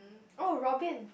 oh Robin